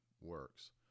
works